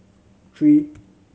three